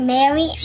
Mary